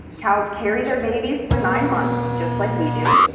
cows carry their babies for nine months, just like we do,